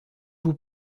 vous